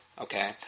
Okay